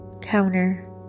counter